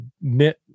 knit